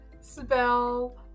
spell